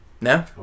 No